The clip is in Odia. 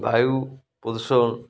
ବାୟୁ ପ୍ରଦୂଷଣ